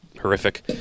Horrific